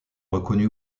reconnu